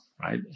right